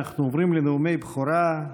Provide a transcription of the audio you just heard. אנחנו עוברים לנאומי בכורה.